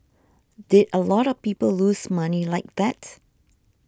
did a lot of people lose money like that